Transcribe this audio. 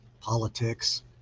politics